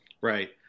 right